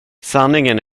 sanningen